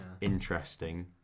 interesting